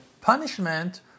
punishment